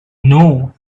know